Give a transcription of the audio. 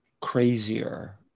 crazier